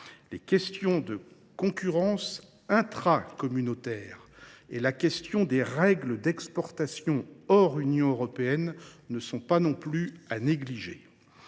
Les questions de concurrence intracommunautaire et les règles d’exportations hors Union européenne ne sont pas non plus à négliger.